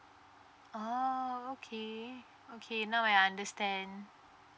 oh okay okay now I understand